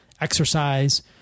exercise